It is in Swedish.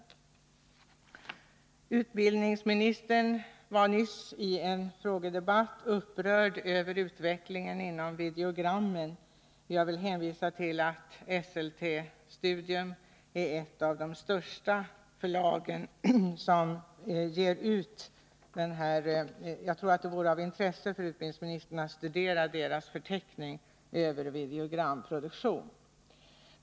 Utbildningsministern var nyss i en frågedebatt upprörd över utvecklingen inom videogrambranschen. Jag vill hänvisa till att Esselte Studium är ett av de största förlagen som ger ut videogram. Jag tror det vore av intresse för utbildningsministern att studera dess förteckning över sin videogramproduktion.